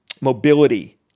mobility